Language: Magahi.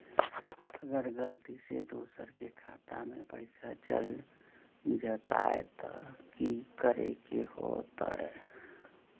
अगर गलती से दोसर के खाता में पैसा चल जताय त की करे के होतय?